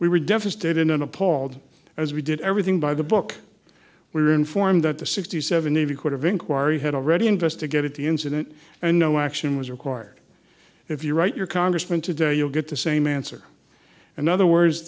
we were devastated and appalled as we did everything by the book we were informed that the sixty seven navy court of inquiry had already investigated the incident and no action was required if you write your congressman today you'll get the same answer another words